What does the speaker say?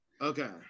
Okay